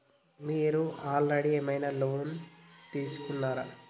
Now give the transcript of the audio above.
మీరు ఆల్రెడీ ఏమైనా లోన్ తీసుకున్నారా?